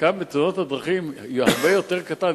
חלקם בתאונות הדרכים הרבה יותר קטן,